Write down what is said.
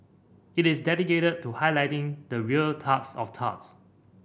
it is dedicated to highlighting the real turds of turds